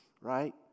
right